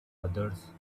others